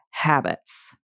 habits